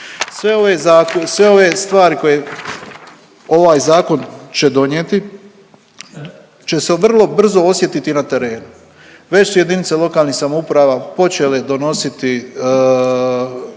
Sve ove stvari koje ovaj zakon će donijeti će se vrlo brzo osjetiti na terenu. Već su jedinice lokalnih samouprava počele donositi